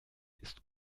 ist